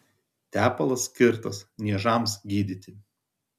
tepalas skirtas niežams gydyti